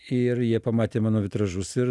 ir jie pamatė mano vitražus ir